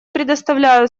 предоставляю